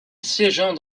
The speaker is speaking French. siégeant